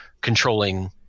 controlling